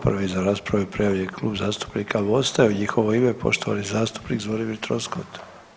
Prvi za raspravu je prijavljeni Klub zastupnika MOST-a i u njihovo ime poštovani zastupnik Zvonimir Troskot.